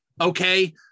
okay